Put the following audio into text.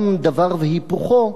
גם דבר והיפוכו,